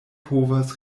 povas